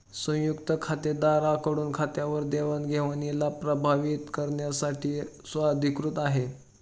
संयुक्त खातेदारा कडून खात्यावर देवाणघेवणीला प्रभावीत करण्यासाठी अधिकृत आहे